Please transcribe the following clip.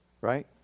Right